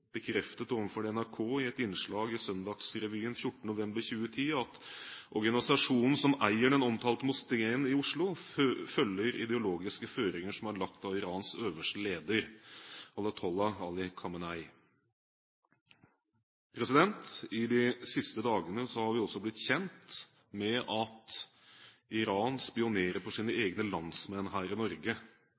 bekreftet overfor NRK i et innslag i Søndagsrevyen 14. november 2010 at organisasjonen som eier den omtalte moskeen i Oslo, følger ideologiske føringer som er lagt av Irans øverste leder, ayatolla Ali Khamenei. I de siste dagene er vi også blitt kjent med at Iran spionerer på sine egne landsmenn her i Norge,